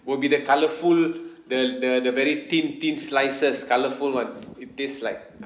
will be the colourful the the the very thin thin slices colourful [one] it taste like